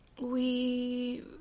we-